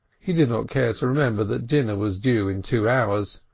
he did not care to remember that dinner was due in two hours.